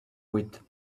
with